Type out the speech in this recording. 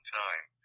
time